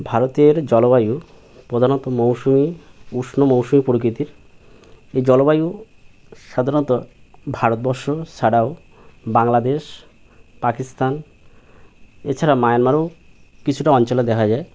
ভারতের জলবায়ু প্রধানত মৌসুমি উষ্ণ মৌসুমি প্রকৃতির এই জলবায়ু সাধারণত ভারতবর্ষ ছাড়াও বাংলাদেশ পাকিস্তান এছাড়া মায়ানমারেও কিছুটা অঞ্চলে দেখা যায়